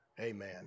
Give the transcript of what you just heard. amen